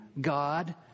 God